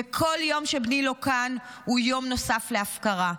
וכל יום שבני לא כאן הוא יום נוסף להפקרה.